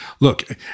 look